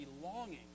belonging